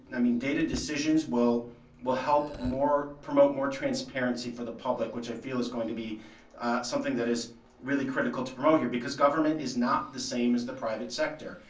i mean data decisions will will help more, promote more transparency for the public, which i feel is going to be something that is really critical to promote here, because government is not the same as the private sector.